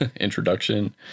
introduction